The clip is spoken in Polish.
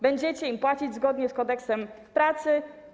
Będziecie im płacić zgodnie z Kodeksem pracy.